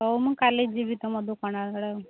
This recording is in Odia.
ହଉ ମୁଁ କାଲି ଯିବି ତୁମ ଦୋକାନ ଆଡ଼େ ଆଉ